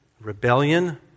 rebellion